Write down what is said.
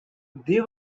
they